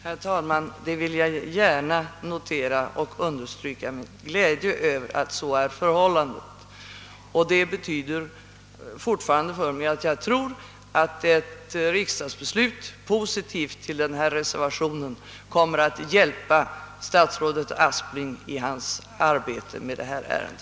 Herr talman! Jag vill gärna notera detta och understryka min glädje över att så är förhållandet. Det betyder fortfarande för mig att jag tror att ett positivt riksdagsbeslut till denna reservation kommer att hjälpa statsrådet Aspling i hans arbete med detta ärende.